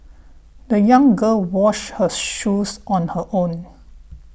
the young girl washed her shoes on her own